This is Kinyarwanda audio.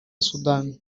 sudan